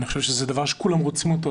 ואני חושב שכולם רוצים בזה,